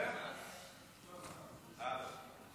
חבר הכנסת אריאל קלנר,